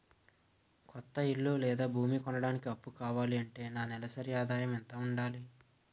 కొత్త ఇల్లు లేదా భూమి కొనడానికి అప్పు కావాలి అంటే నా నెలసరి ఆదాయం ఎంత ఉండాలి?